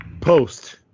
Post